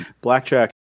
Blackjack